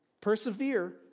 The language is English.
Persevere